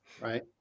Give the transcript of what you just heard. right